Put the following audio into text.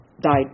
died